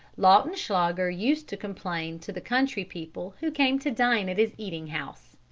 lautenschlager used to complain to the country people who came to dine at his eating-house.